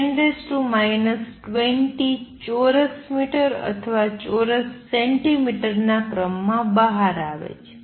તેથી આ 10 20 ચોરસ મીટર અથવા ચોરસ સેન્ટીમીટર ના ક્રમમાં બહાર આવે છે